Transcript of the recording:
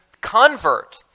convert